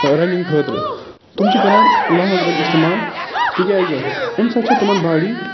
running خٲطرٕ تِم چھِ کران لانگ رَن استعمال تِکیٛازِ أمۍ سۭتۍ چھےٚ تمَن باڈی